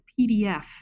PDF